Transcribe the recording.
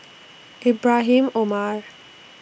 Ibrahim Omar